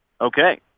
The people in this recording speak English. Okay